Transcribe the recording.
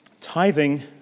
tithing